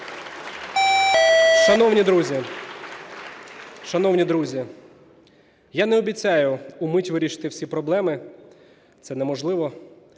Шановні друзі, я не обіцяю вмить вирішити всі проблеми, це неможливо,